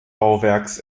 bauwerks